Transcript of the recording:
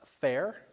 fair